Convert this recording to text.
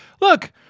look